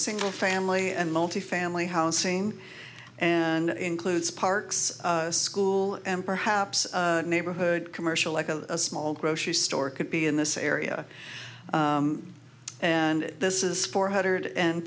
single family and multi family housing and it includes parks school and perhaps neighborhood commercial like a small grocery store could be in this area and this is four hundred and